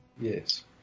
Yes